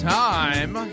time